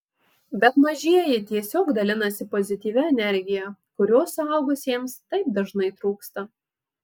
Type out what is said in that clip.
bet mažieji tiesiog dalinasi pozityvia energija kurios suaugusiems taip dažnai trūksta